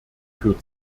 für